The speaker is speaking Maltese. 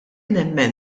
nemmen